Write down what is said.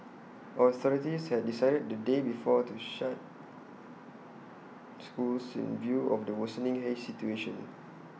authorities had decided the day before to shut schools in view of the worsening haze situation